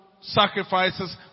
sacrifices